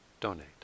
donate